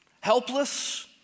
helpless